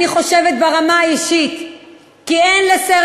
אני חושבת ברמה האישית כי אין לסרט